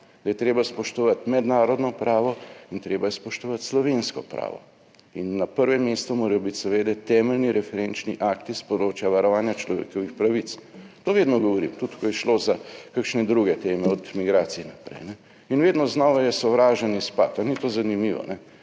da je treba spoštovati mednarodno pravo in treba je spoštovati slovensko pravo, in na prvem mestu morajo biti seveda temeljni referenčni akti s področja varovanja človekovih pravic. To vedno govorim, tudi ko je šlo za kakšne druge teme, od migracij naprej. In vedno znova je sovražen izpad. Ali ni to zanimivo?